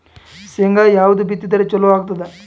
ಶೇಂಗಾ ಯಾವದ್ ಬಿತ್ತಿದರ ಚಲೋ ಆಗತದ?